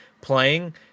playing